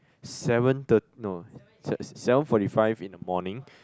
seven thir~ no s~ seven forty five in the morning